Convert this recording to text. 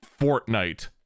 Fortnite